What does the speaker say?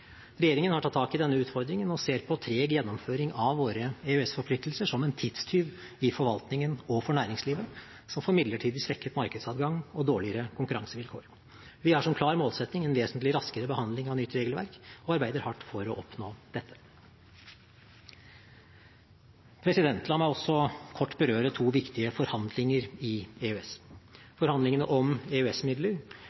Regjeringen har tatt tak i denne utfordringen og ser på treg gjennomføring av våre EØS-forpliktelser som en tidstyv i forvaltningen og for næringslivet, som får midlertidig svekket markedsadgang og dårligere konkurransevilkår. Vi har som klar målsetting en vesentlig raskere behandling av nytt regelverk og arbeider hardt for å oppnå dette. La meg også kort berøre to viktige forhandlinger i EØS, forhandlingene om